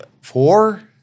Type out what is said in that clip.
four